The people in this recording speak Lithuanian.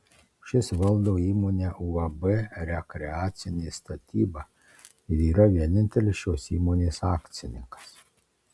šis valdo įmonę uab rekreacinė statyba ir yra vienintelis šios įmonės akcininkas